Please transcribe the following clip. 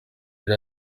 yari